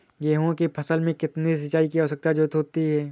गेहूँ की फसल में कितनी सिंचाई की जरूरत होती है?